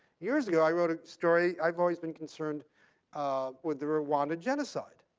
years ago, i wrote a story i've always been concerned with the rwandan genocide.